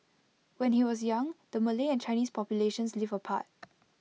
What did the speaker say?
when he was young the Malay and Chinese populations lived apart